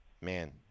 Man